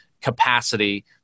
capacity